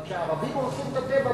אבל כשערבים הורסים את הטבע,